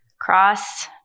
Cross